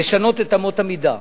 לשנות את אמות המידה,